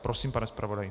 Prosím, pane zpravodaji.